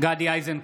גדי איזנקוט,